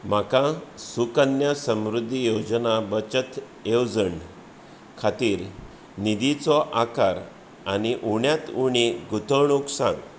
म्हाका सुकन्या समृद्धी योजना बचत येवजण खातीर निधीचो आकार आनी उण्यांत उणी गुंतवणूक सांग